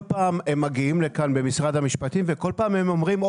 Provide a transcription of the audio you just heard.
מגיעים לכאן ממשרד המשפטים וכל פעם אומרים,